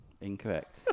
Incorrect